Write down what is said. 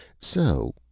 so,